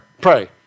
pray